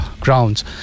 grounds